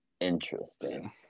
interesting